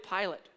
Pilate